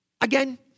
Again